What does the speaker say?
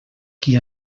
qui